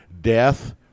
death